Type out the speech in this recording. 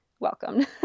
welcome